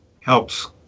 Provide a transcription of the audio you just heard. helps